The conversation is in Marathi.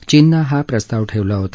चीनने हा प्रस्ताव ठेवला होता